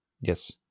Yes